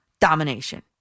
domination